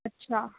अच्छा